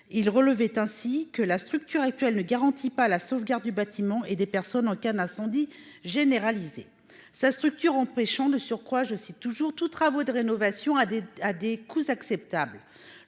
Il relevait ainsi que « la structure actuelle ne garantit pas la sauvegarde du bâtiment et des personnes en cas d'incendie généralisé ». Sa structure empêchant de surcroît « tous travaux de rénovation à des coûts acceptables »,